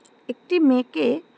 একটি মেয়েকে